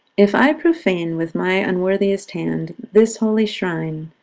if i profane with my unworthiest hand this holy shrine,